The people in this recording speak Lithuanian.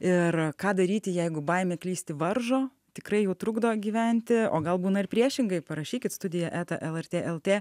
ir ką daryti jeigu baimė klysti varžo tikrai jau trukdo gyventi o gal būna ir priešingai parašykit studija eta lrt lt